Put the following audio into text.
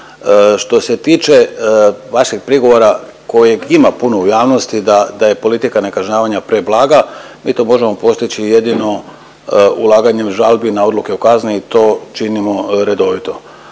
Što se tiče vašeg prigovora kojeg ima puno u javnosti da, da je politika nekažnjavanja preblaga, mi to možemo postići jedino ulaganjem žalbi na odluke o kazni i to činimo redovito.